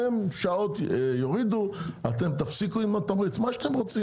שעות יורידו, אתם תפסיקו עם התמריץ.